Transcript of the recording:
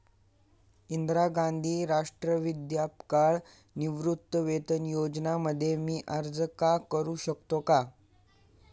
इंदिरा गांधी राष्ट्रीय वृद्धापकाळ निवृत्तीवेतन योजना मध्ये मी अर्ज का करू शकतो का?